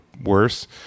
worse